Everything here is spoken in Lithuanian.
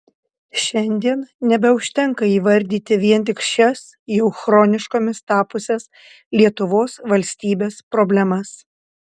šiandien nebeužtenka įvardyti vien tik šias jau chroniškomis tapusias lietuvos valstybės problemas